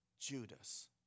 Judas